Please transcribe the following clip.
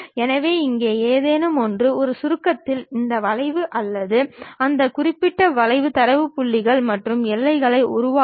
எனவே இங்கே ஏதேனும் ஒன்று ஒரு சுருக்கத்தில் இந்த வளைவு அல்லது அந்த குறிப்பிட்ட வளைவின் தரவு புள்ளிகள் மற்றும் எல்லைகளை உருவாக்கும்